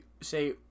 say